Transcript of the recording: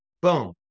boom